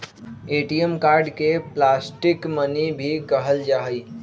ATM card के plastic money भी कहल जाहई